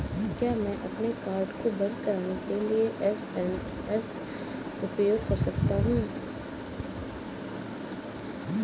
क्या मैं अपने कार्ड को बंद कराने के लिए एस.एम.एस का उपयोग कर सकता हूँ?